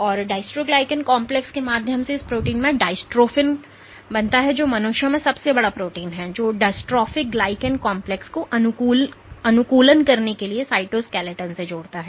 और dystroglycan complex के माध्यम से इस प्रोटीन में डाइस्ट्रोफिन कहा जाता है जो मनुष्यों में सबसे बड़ा प्रोटीन है जो डिस्ट्रोफिक ग्लाइकेन कॉम्प्लेक्स को अनुकूलन करने वाले साइटोस्केलेटन से जोड़ता है